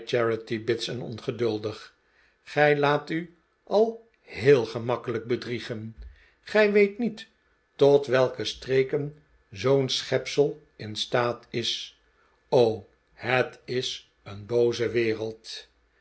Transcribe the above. en ongeduldig gij laat u a heel gemakkelijk bedriegen gij weet niet tot welke streken zoo'n schepsel in staat is o het is een booze wereld